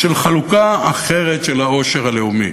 חלוקה אחרת של העושר הלאומי,